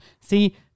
See